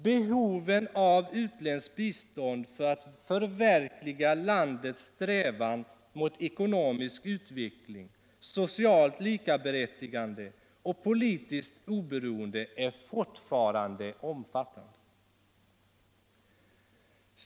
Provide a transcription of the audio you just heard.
Behoven av utländskt bistånd för att förverkliga landets strävan mot eko nomisk utveckling, socialt likaberättigande och politiskt oberoende är fortfarande omfattande.